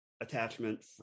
attachment